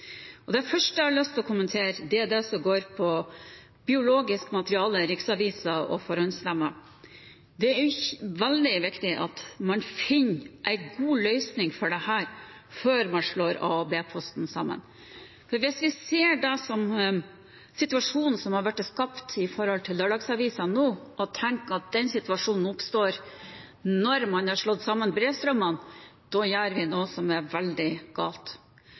tema. Det første jeg har lyst å kommentere, er det som handler om biologisk materiale, riksaviser og forhåndsstemmer. Det er veldig viktig at man finner en god løsning på dette før man slår A- og B-posten sammen. Hvis vi ser situasjonen som har blitt skapt med tanke på lørdagsavisen nå, og tenker at den situasjonen oppstår når man slår sammen brevstrømmene, gjør vi noe som er veldig galt.